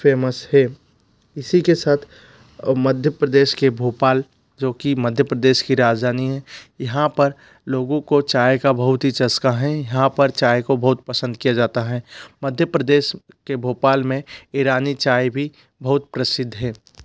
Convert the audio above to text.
famous हैं इसी के साथ मध्य प्रदेश के भोपाल जो की मध्य प्रदेश की राजधानी हैं यहाँ पर लोगों को चाय का बहुत ही चस्का हैं यहाँ पर चाय को बहुत पसंद किया जाता हैं मध्य प्रदेश के भोपाल में इरानी चाय भी बहुत प्रसिद्ध है